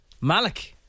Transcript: Malik